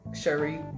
Sherry